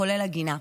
כולל הגינה.